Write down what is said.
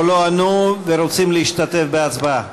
או לא ענו, ורוצים להשתתף בהצבעה?